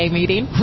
meeting